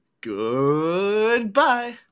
Goodbye